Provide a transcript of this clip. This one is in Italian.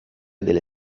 delle